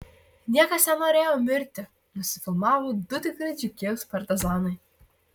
niekas nenorėjo mirti nusifilmavo du tikri dzūkijos partizanai